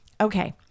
Okay